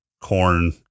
corn